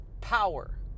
power